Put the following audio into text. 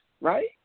right